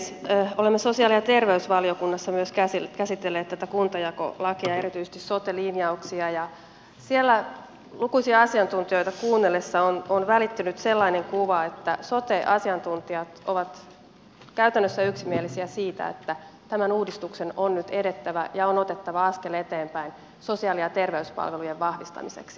olemme myös sosiaali ja terveysvaliokunnassa käsitelleet tätä kuntajakolakia ja erityisesti sote linjauksia ja siellä lukuisia asiantuntijoita kuunnellessa on välittynyt sellainen kuva että sote asiantuntijat ovat käytännössä yksimielisiä siitä että tämän uudistuksen on nyt edettävä ja on otettava askel eteenpäin sosiaali ja terveyspalvelujen vahvistamiseksi